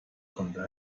konnte